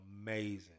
amazing